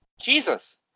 Jesus